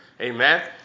Amen